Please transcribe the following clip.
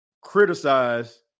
criticize